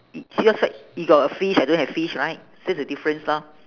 i~ seahorse flag you got a fish I don't have fish right that's the difference lor